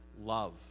love